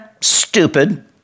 stupid